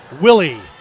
Willie